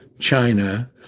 China